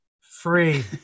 Free